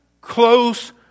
close